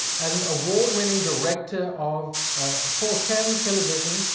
as an award winning director of for thames television,